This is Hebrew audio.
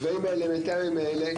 הדברים האלמנטריים האלה,